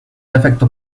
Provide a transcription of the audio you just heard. efecto